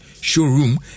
showroom